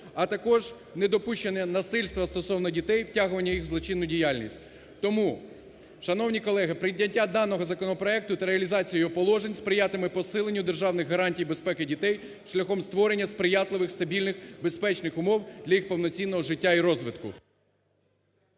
а також недопущення насильства стосовно дітей, втягування їх в злочинну діяльність. Тому, шановні колеги, прийняття даного законопроекту та реалізація його положень сприятиме посиленню державних гарантій безпеки дітей шляхом створення сприятливих, стабільних, безпечних умов для їх повноцінного життя і розвитку.